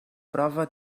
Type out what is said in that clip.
prova